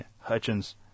Hutchins